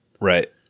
right